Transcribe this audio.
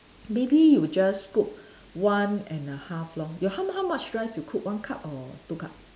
maybe you just put one and a half lor your how how much rice you cook one cup or two cup